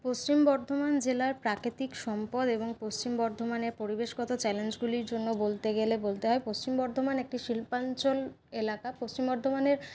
পশ্চিম বর্ধমান জেলার প্রাকৃতিক সম্পদ এবং পশ্চিম বর্ধমানে পরিবেশগত চ্যালেঞ্জগুলির জন্য বলতে গেলে বলতে হয় পশ্চিম বর্ধমান একটি শিল্পাঞ্চল এলাকা পশ্চিম বর্ধমানের